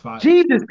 Jesus